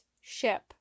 ship